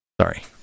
Sorry